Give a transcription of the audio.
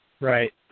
right